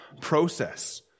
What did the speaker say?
process